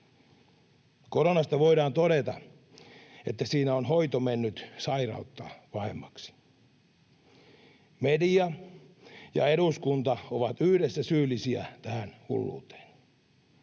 Koronasta voidaan todeta, että siinä on hoito mennyt sairautta pahemmaksi. Media ja eduskunta ovat yhdessä syyllisiä tähän hulluuteen.